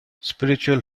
spiritual